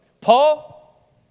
Paul